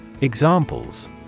Examples